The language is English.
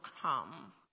come